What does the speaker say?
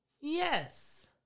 Yes